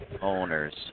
Owners